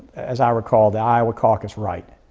as i recall, the iowa caucus right,